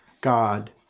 God